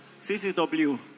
CCW